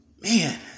man